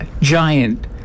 giant